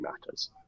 matters